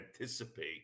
anticipate